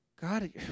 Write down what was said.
God